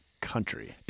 country